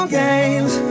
games